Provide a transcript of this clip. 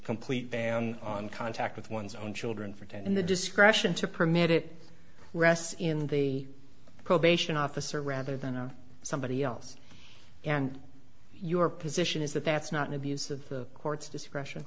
complete ban on contact with one's own children for ten and the discretion to permit it rests in the probation officer rather than somebody else and your position is that that's not an abuse of the court's discretion